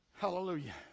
Hallelujah